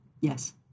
Yes